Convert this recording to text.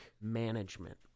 management